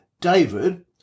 David